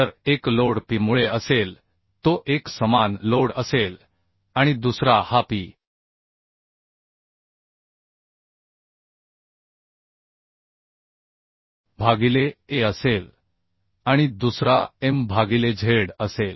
तर एक load p मुळे असेल तो एकसमान लोड असेल आणि दुसरा हा p भागिले a असेल आणि दुसरा m भागिले z असेल